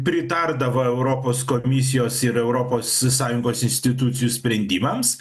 pritardavo europos komisijos ir europos sąjungos institucijų sprendimams